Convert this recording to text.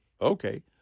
okay